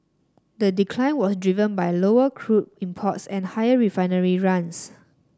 the decline was driven by lower crude imports and higher refinery runs